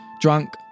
Drunk